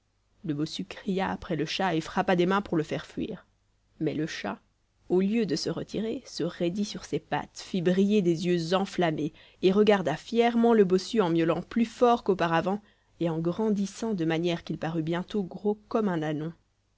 le bossu cria après le chat et frappa des mains pour le faire fuir mais le chat au lieu de se retirer se raidit sur ses pattes fit briller des yeux enflammés et regarda fièrement le bossu en miaulant plus fort qu'auparavant et en grandissant de manière qu'il parut bientôt gros comme un